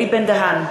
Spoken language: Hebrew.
אלי בן-דהן,